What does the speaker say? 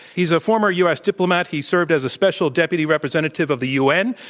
he's a former u. s. diplomat. he served as a special deputy representative of the u. n.